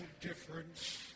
difference